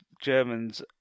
Germans